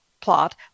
plot